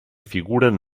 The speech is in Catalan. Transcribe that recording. figuren